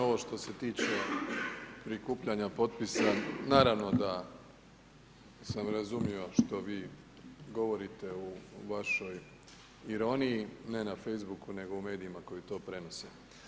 Ovo što se tiče prikupljanja potpisa, naravno da sam razumio što vi govorite u vašoj ironiji, ne na Facebook-u, nego u medijima koji to prenose.